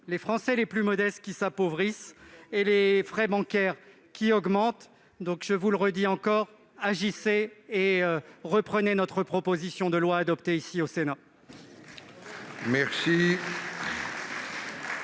les Français les plus modestes s'appauvrissent et les frais bancaires augmentent. Je vous le répète : agissez et reprenez notre proposition de loi, adoptée par le Sénat